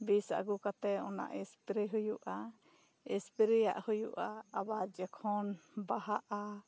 ᱵᱤᱥ ᱟᱹᱜᱩ ᱠᱟᱛᱮᱜ ᱚᱱᱟ ᱮᱥᱯᱨᱮ ᱦᱩᱭᱩᱜᱼᱟ ᱮᱥᱯᱨᱮᱭᱟᱜ ᱦᱩᱭᱩᱜᱼᱟ ᱟᱵᱟᱨ ᱡᱚᱠᱷᱚᱱ ᱵᱟᱦᱟᱜᱼᱟ